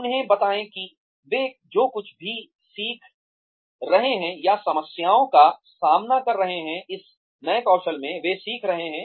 उन्हें बताएं कि वे जो कुछ भी सीख रहे हैं या समस्याओं का सामना कर सकते हैं इस नए कौशल में वे सीख रहे हैं